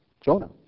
Jonah